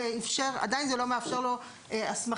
עדיין זה לא מאפשר לו הסמכה.